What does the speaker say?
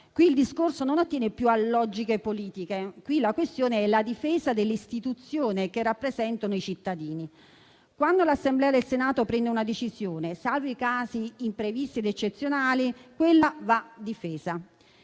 caso il discorso non attiene più a logiche politiche, perché la questione è la difesa dell'istituzione che rappresenta i cittadini. Quando l'Assemblea del Senato prende una decisione, salvi casi imprevisti ed eccezionali, quella decisione